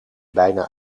bijna